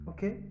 Okay